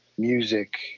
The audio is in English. music